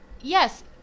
yes